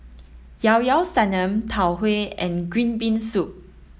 Llao Llao Sanum Tau Huay and green bean soup